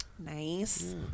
Nice